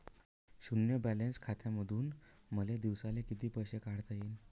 शुन्य बॅलन्स खात्यामंधून मले दिवसाले कितीक पैसे काढता येईन?